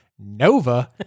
Nova